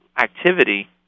activity